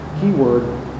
Keyword